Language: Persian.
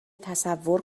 تصور